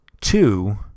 two